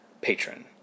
patron